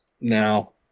now